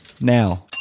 now